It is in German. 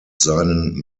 seinen